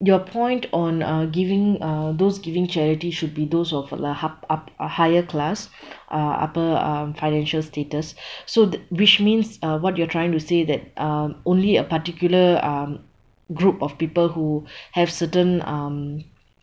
your point on uh giving uh those giving charity should be those of the hup~ up uh higher class uh upper um financial status so the which means uh what you are trying to say that um only a particular um group of people who have certain um